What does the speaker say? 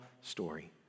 story